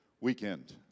weekend